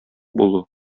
булу